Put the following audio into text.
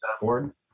board